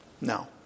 No